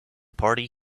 party